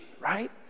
right